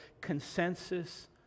consensus